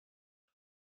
one